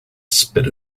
spit